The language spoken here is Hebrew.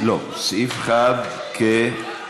תודה רבה, גברתי.